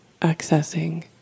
accessing